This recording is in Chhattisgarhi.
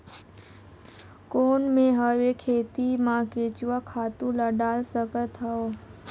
कौन मैं हवे खेती मा केचुआ खातु ला डाल सकत हवो?